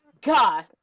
God